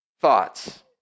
thoughts